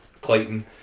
Clayton